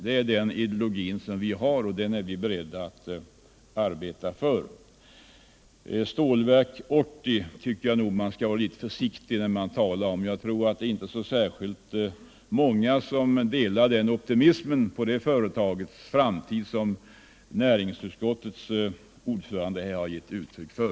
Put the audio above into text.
Det är vår ideologi, och den är vi beredda att kämpa för. Stålverk 80 tycker jag att man skall tala försiktigt om. Jag tror inte att det är så särskilt många som delar den optimism beträffande det företagets framtid som näringsutskottets ordförande här givit uttryck för.